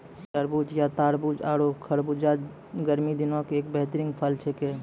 तरबूज या तारबूज आरो खरबूजा गर्मी दिनों के एक बेहतरीन फल छेकै